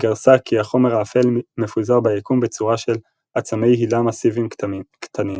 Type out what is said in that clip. גרסה כי החומר האפל מפוזר ביקום בצורה של "עצמי הילה מסיביים קטנים".